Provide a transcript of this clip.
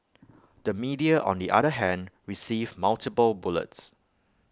the media on the other hand received multiple bullets